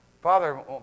Father